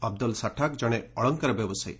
ଅବଦୁଲ ସାଠକ୍ ଜଣେ ଅଳଙ୍କାର ବ୍ୟବସାୟୀ